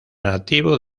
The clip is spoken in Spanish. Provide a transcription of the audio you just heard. nativo